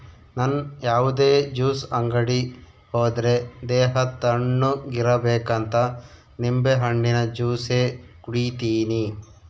ನನ್ ಯಾವುದೇ ಜ್ಯೂಸ್ ಅಂಗಡಿ ಹೋದ್ರೆ ದೇಹ ತಣ್ಣುಗಿರಬೇಕಂತ ನಿಂಬೆಹಣ್ಣಿನ ಜ್ಯೂಸೆ ಕುಡೀತೀನಿ